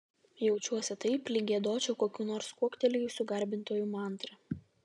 jaučiuosi taip lyg giedočiau kokių nors kuoktelėjusių garbintojų mantrą